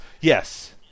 Yes